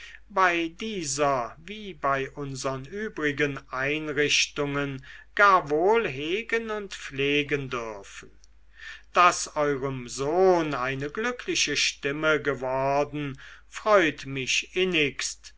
bei dieser wie bei unsern übrigen einrichtungen gar wohl hegen und pflegen dürfen daß eurem sohn eine glückliche stimme geworden freut mich innigst